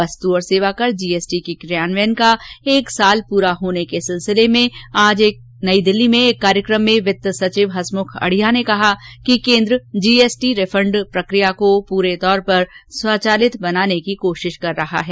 वस्तु और सेवाकर जीएसटी के क्रियान्वयन का एक वर्ष पूरा होने के सिलसिले में आज नई दिल्ली मेंएक कार्यक्रम में वित्त सचिव हसमुख अढिया ने कहा कि केन्द्र जीएसटी रिफंड की प्रक्रियाको पूरे तौर पर स्वचालित बनाने की कोशिश कररहा है